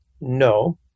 no